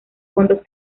fondos